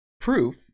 proof